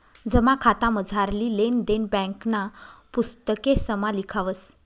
जमा खातामझारली लेन देन ब्यांकना पुस्तकेसमा लिखावस